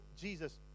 Jesus